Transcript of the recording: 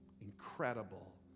incredible